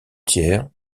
tiers